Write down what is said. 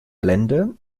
blende